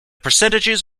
percentages